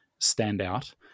standout